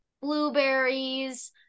blueberries